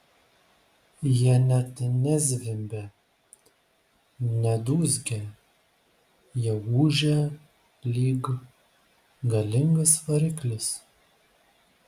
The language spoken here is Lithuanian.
jie net ne zvimbia ne dūzgia jie ūžia lyg galingas variklis